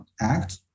act